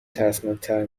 ترسناکتر